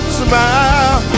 smile